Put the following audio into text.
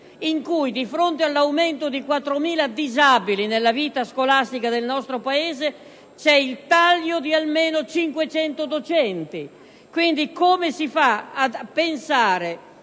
in cui, di fronte all'aumento di 4.000 disabili nella vita scolastica del nostro Paese, c'è il taglio di almeno 500 docenti. Quindi, come si fa a pensare